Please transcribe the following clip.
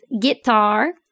guitar